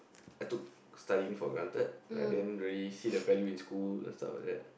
I took studying for granted like I didn't really see the value in school stuff like that